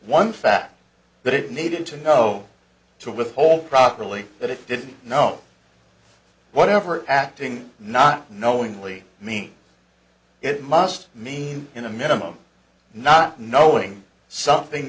fact that it needed to know to withhold properly that it didn't know whatever acting not knowingly mean it must mean in a minimum not knowing something